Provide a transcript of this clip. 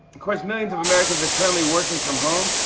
course, millions of americans are currently working from home.